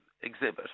exhibit